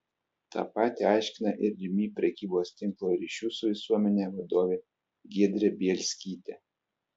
tą patį aiškina ir rimi prekybos tinklo ryšių su visuomene vadovė giedrė bielskytė